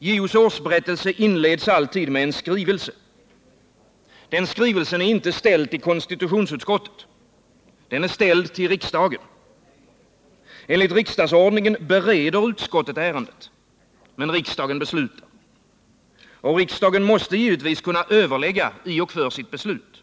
JO:s årsberättelse inleds alltid med en skrivelse. Den skrivelsen är inte ställd till konstitutionsutskottet. Den är ställd till riksdagen. Enligt riksdagsordningen bereder utskottet ärendet. Men riks dagen beslutar. Och riksdagen måste givetvis kunna överlägga i och för sitt beslut.